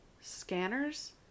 Scanners